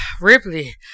Ripley